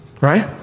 right